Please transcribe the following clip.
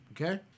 okay